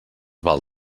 val